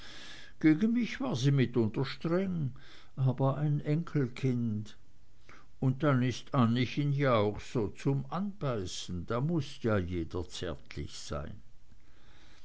gegen mich war sie mitunter streng aber ein enkelkind und dann ist anniechen ja auch so zum anbeißen da muß ja jeder zärtlich sein